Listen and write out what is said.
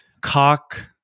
cock